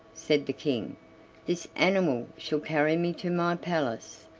said the king this animal shall carry me to my palace,